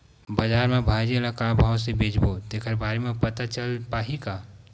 बजार में भाजी ल का भाव से बेचबो तेखर बारे में पता चल पाही का?